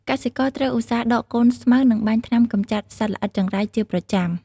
កសិករត្រូវឧស្សាហ៍ដកកូនស្មៅ និងបាញ់ថ្នាំកម្ចាត់សត្វល្អិតចង្រៃជាប្រចាំ។